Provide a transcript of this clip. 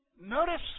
notice